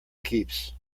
keeps